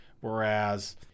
Whereas